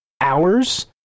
hours